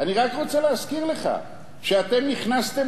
אני רק רוצה להזכיר לך שאתם נכנסתם